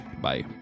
Bye